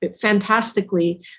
fantastically